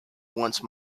once